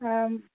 आम्